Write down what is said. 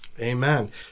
Amen